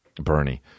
Bernie